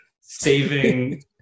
saving